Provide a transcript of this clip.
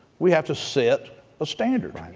we have to set a standard.